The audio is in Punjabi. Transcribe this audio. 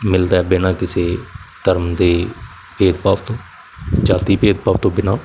ਮਿਲਦਾ ਹੈ ਬਿਨਾਂ ਕਿਸੇ ਧਰਮ ਦੇ ਭੇਦਭਾਵ ਤੋਂ ਜਾਤੀ ਭੇਦਭਾਵ ਤੋਂ ਬਿਨਾਂ